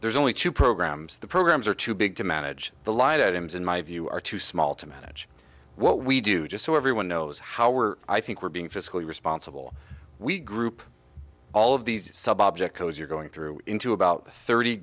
there's only two programs the programs are too big to manage the line items in my view are too small to manage what we do just so everyone knows how we're i think we're being fiscally responsible we group all of these sub object codes you're going through into about thirty